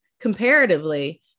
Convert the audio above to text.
Comparatively